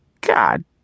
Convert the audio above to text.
God